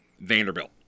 Vanderbilt